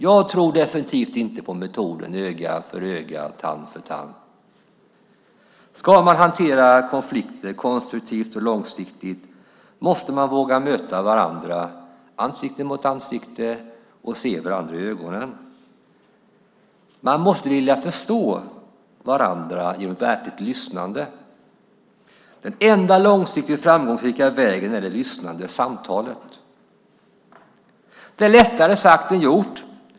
Jag tror definitivt inte på metoden "öga för öga, tand för tand". Ska man hantera konflikter konstruktivt och långsiktigt måste man våga möta varandra ansikte mot ansikte och se varandra i ögonen. Man måste vilja förstå varandra genom verkligt lyssnande. Den enda långsiktigt framgångsrika vägen är det lyssnande samtalet. Det är lättare sagt än gjort.